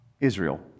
Israel